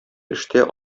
эштә